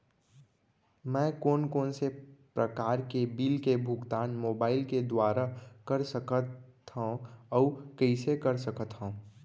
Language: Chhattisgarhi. मैं कोन कोन से प्रकार के बिल के भुगतान मोबाईल के दुवारा कर सकथव अऊ कइसे कर सकथव?